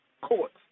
Courts